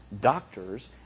doctors